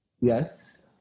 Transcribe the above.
Yes